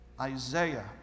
Isaiah